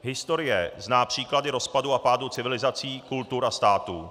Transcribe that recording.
Historie zná příklady rozpadu a pádu civilizací, kultur a států.